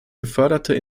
geförderte